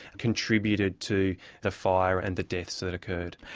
contributed to the fire and the deaths that occurred.